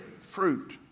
fruit